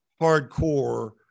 hardcore